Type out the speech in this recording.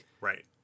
Right